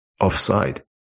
offside